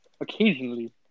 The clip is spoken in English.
Occasionally